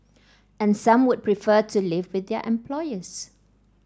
and some would prefer to live with their employers